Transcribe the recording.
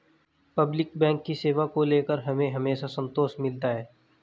public bank की सेवा को लेकर हमें हमेशा संतोष मिलता है